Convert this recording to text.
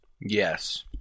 Yes